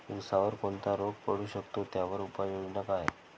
ऊसावर कोणता रोग पडू शकतो, त्यावर उपाययोजना काय?